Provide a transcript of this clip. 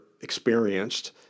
experienced